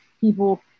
people